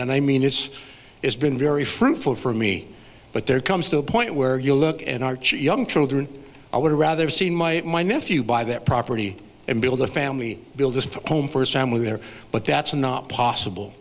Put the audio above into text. and i mean it's it's been very fruitful for me but there comes to a point where you look at archie young children i would rather see my my nephew buy that property and build a family build this home for his family there but that's not possible